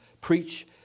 preach